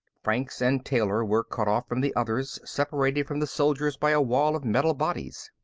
franks and taylor were cut off from the others, separated from the soldiers by a wall of metal bodies.